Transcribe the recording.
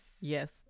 Yes